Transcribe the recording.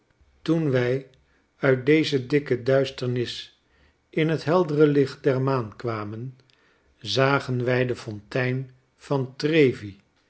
toen wij uit deze dikke duisternis in het heldere licht der maan kwamen zagen wij de fontein van trevi